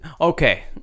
okay